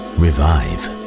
revive